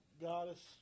goddess